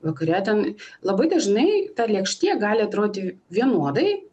vakare ten labai dažnai ta lėkštė gali atrodyti vienodai